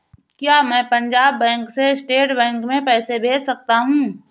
क्या मैं पंजाब बैंक से स्टेट बैंक में पैसे भेज सकता हूँ?